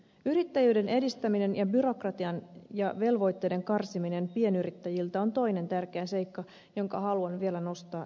yrittäjyyden edistäminen ja byrokratian ja velvoitteiden karsiminen pienyrittäjiltä on toinen tärkeä seikka jonka haluan vielä nostaa esiin